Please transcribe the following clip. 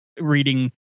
reading